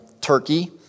Turkey